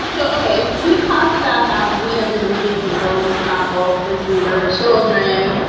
so, ok, we've talked about how we have been reading romance novels since we were children,